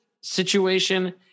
situation